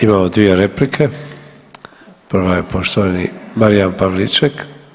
Imamo dvije replike, prva je poštovani Marijan Pavliček.